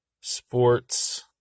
sports